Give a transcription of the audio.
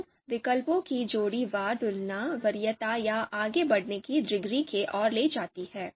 तो विकल्पों की जोड़ीवार तुलना वरीयता या आगे बढ़ने की डिग्री की ओर ले जाती है